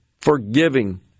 forgiving